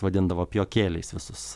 vadindavo pijokėliais visus